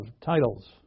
titles